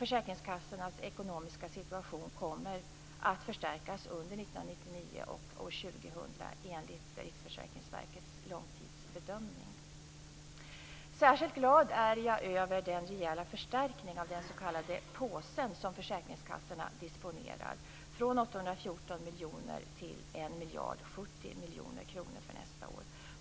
Försäkringskassornas ekonomiska situation kommer att förstärkas under åren Särskilt glad är jag över den rejäla förstärkning av den s.k. påsen som försäkringskassorna disponerar från 814 miljoner till 1 070 miljoner kronor nästa år.